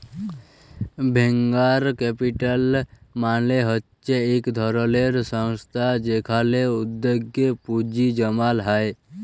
venture capital মালে হচ্যে ইক ধরলের সংস্থা যেখালে উদ্যগে পুঁজি জমাল হ্যয়ে